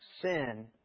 Sin